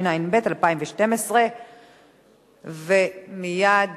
התשע"ב 2012. מייד